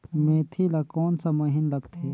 मेंथी ला कोन सा महीन लगथे?